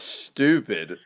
stupid